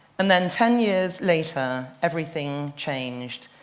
and then ten years later everything changed.